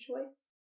choice